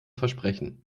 versprechen